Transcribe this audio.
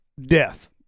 death